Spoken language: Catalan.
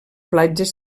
platges